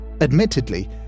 Admittedly